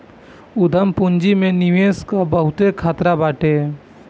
उद्यम पूंजी में निवेश कअ बहुते खतरा बाटे